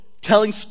telling